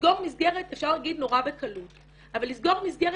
לסגור מסגרת אפשר להגיד נורא בקלות אבל לסגור מסגרת